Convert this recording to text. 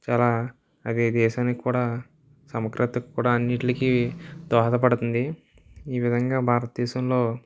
చాలా అది దేశానికి కూడా సమగ్రతకు కూడా అన్నిటికీ దోహదపడుతుంది ఈ విధంగా భారతదేశంలో